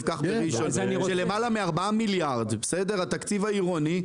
קח בראשון של למעלה מ- 4 מיליארד בתקציב העירוני,